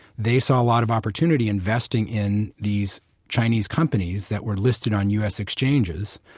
they saw a lot of opportunity investing in these chinese companies that were listed on u s. exchanges.